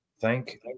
Thank